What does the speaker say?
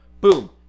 boom